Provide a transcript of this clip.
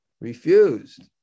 Refused